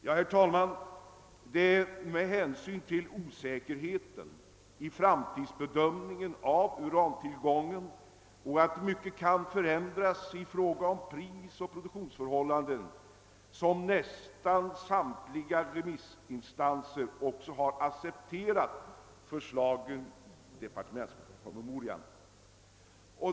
Det är väl med hänsyn till osäkerheten i framtidsbedömningen av urantillgången och till att mycket kan förändras i fråga om prisoch produktionsförhållanden som nästan samtliga remissinstanser accepterat förslagen i departementspromemorian.